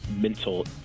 mental